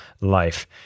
life